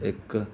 ਇੱਕ